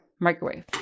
microwave